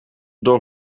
door